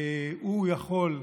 והוא יכול,